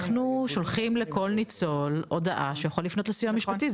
אנחנו שולחים לכל ניצול הודעה שהוא יכול לפנות לסיוע המשפטי,